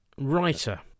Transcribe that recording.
writer